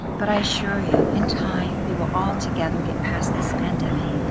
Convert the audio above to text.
but i assure you in time, we will all together get past this pandemic.